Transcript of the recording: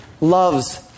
loves